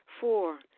Four